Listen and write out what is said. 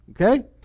okay